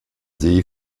see